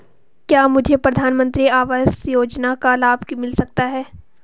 क्या मुझे प्रधानमंत्री आवास योजना का लाभ मिल सकता है?